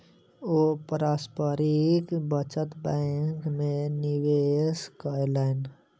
ओ पारस्परिक बचत बैंक में निवेश कयलैन